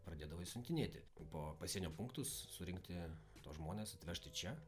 pradėdavai siuntinėti po pasienio punktus surinkti tuos žmones atvežti čia